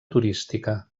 turística